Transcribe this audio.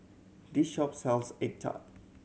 this shop sells egg tart